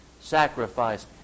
sacrifice